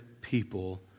people